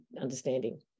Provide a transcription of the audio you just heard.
understanding